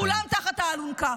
כולם תחת האלונקה.